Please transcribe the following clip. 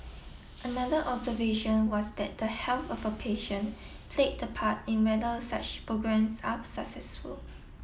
another observation was that the health of a patient played the part in whether such programmes are successful